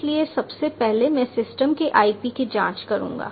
इसलिए सबसे पहले मैं सिस्टम के IP की जांच करूंगा